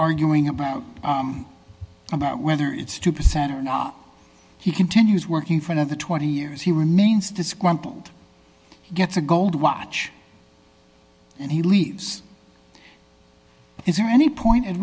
arguing about whether it's two percent or not he continues working for another twenty years he remains disgruntled gets a gold watch and he leaves is there any point